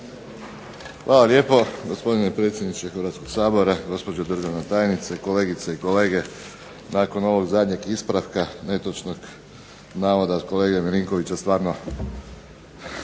Hvala lijepo gospodine predsjedniče Hrvatskog sabora, gospođo državna tajnice, kolegice i kolege. Nakon ovog zadnjeg ispravka netočnog navoda od kolege Milinkovića stvarno